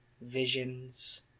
visions